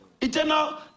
eternal